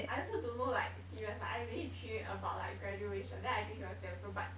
I also don't know like serious like I really dream about like graduation then I think he was there also but